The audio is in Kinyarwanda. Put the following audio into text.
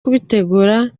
kubitegura